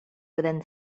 within